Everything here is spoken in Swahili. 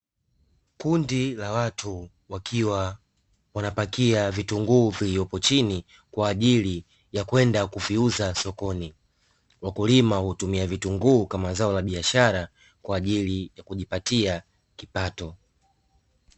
Kundi la watu wakiwa wanapakia vitunguu viliopo chini kwaajili ya kwenda kuviuza sokoni, wakulima hutumia vitunguu kama zao la biashara kwaajili ya kujipatia kipato.